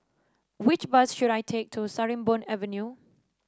which bus should I take to Sarimbun Avenue